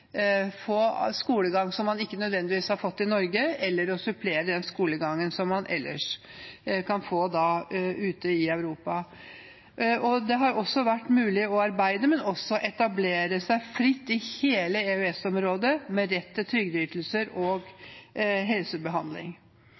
få skolegang som man ikke nødvendigvis hadde fått i Norge, eller til å supplere med skolegang man kan få ute i Europa. Det har også vært mulig å arbeide og etablere seg fritt i hele EØS-området, med rett til trygdeytelser og helsebehandling.